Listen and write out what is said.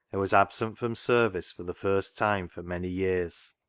and was absent from service for the first time for many years.